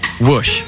Whoosh